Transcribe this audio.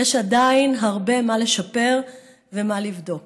יש עדיין הרבה מה לשפר ומה לבדוק.